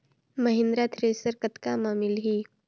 Mahindra thresher कतका म मिलही?